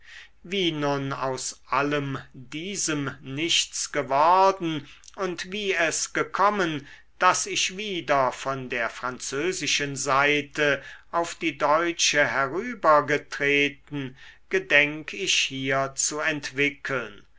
wie nun aus allem diesem nichts geworden und wie es gekommen daß ich wieder von der französischen seite auf die deutsche herübergetreten gedenk ich hier zu entwickeln